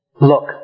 Look